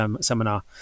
seminar